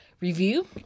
review